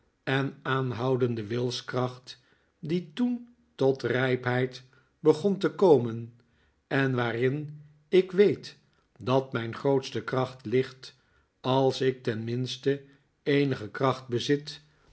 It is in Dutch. en aanr houdende wilskracht die toen tot rijpheid begon te komen en waarin ik weet dat mijn grootste kracht ligt als ik tenminste eenige kracht bezit